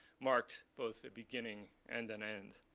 marked both a beginning and an end.